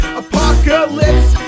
apocalypse